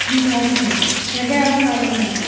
ம் okay ma'am நீங்கள் போய் கால் பண்ணுங்கள் மேம்